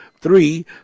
three